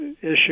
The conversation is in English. issue